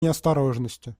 неосторожности